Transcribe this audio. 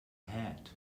had